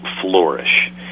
flourish